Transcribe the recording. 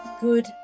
Good